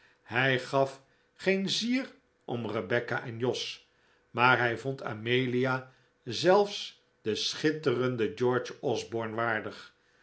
hij gaf geen zier om rebecca en jos maar hij vond amelia zelfs den schitterenden george osborne waardig